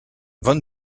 von